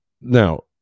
now